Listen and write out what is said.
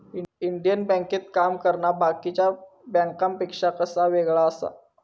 Indian बँकेत काम करना बाकीच्या बँकांपेक्षा कसा येगळा आसा?